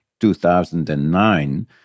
2009